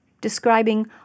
describing